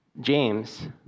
James